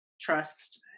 trust